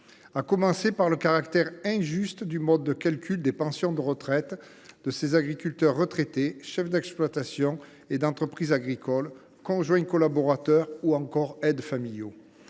premier chef sur le caractère injuste du mode de calcul des pensions de retraite des agriculteurs concernés, chefs d’exploitation et d’entreprises agricoles, conjoints collaborateurs ou encore aides familiaux.